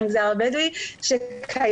המגזר הבדואי שקיימות,